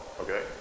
okay